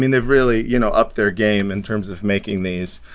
they've really you know upped their game in terms of making these.